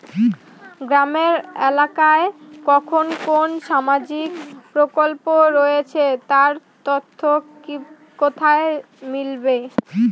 গ্রামের এলাকায় কখন কোন সামাজিক প্রকল্প রয়েছে তার তথ্য কোথায় মিলবে?